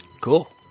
Cool